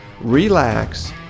relax